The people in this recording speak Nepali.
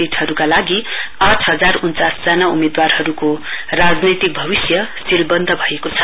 सीटहरुका वागि आठ हजार उन्यास जना उम्मेदवारहरुको राजनैतिक भविष्य सीलवन्द भएको छ